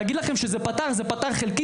אומנם זה פתר רק חלקית.